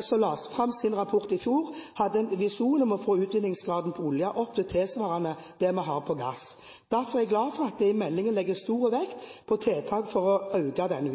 som la fram sin rapport i fjor, hadde en visjon om å få utvinningsgraden av olje opp til tilsvarende det vi har på gass. Derfor er jeg glad for at det i meldingen legges stor vekt på tiltak for å øke denne